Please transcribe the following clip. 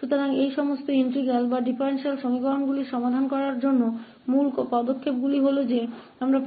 तो उन सभी इंटीग्रल या अवकल समीकरणों को हल करने के लिए महत्वपूर्ण कदम यह थे कि हमें दिए